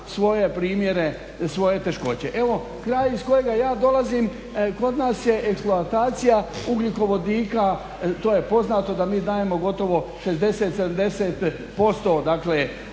svoje primjere, svoje teškoće. Evo, kraj iz kojega ja dolazim, kod nas je eksploatacija ugljikovodika to je poznato da mi dajemo gotovo 60%, 70%